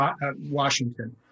Washington